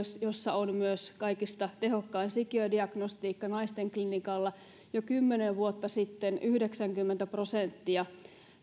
jossa on myös kaikista tehokkain sikiödiagnostiikka naistenklinikalla jo kymmenen vuotta sitten yhdeksänkymmentä prosenttia